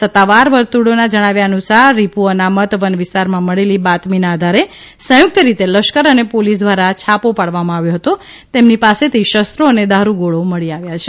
સત્તાવાર વર્તુળીના જણાવ્યા અનુસાર રીપુ અનામત વનવિસ્તારમાં મળેલી બાતમીના આધારે સંયુક્ત રીતે લશ્કર અને પોલીસ દ્વારા છાપો પાડવામાં આવ્યો હતો તેમની પાસેથી શો અને દારૂગોળો મળી આવ્યો છે